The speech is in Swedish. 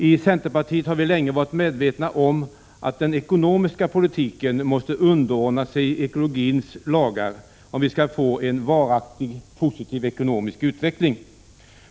I centerpartiet har vi länge varit medvetna om att den ekonomiska politiken måste underordna sig ekologins lagar, om vi skall få en varaktig positiv ekonomisk utveckling.